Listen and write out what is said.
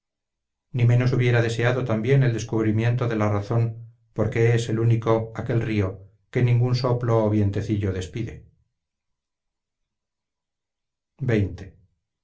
ni menos hubiera deseado también el descubrimiento de la razón por qué es el único aquel río que ningún soplo o vientecillo despide